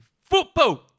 football